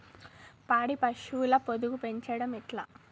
పాడి పశువుల పొదుగు పెంచడం ఎట్లా?